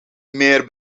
meer